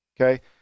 Okay